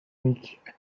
nique